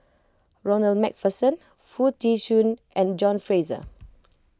Ronald MacPherson Foo Tee Shun and John Fraser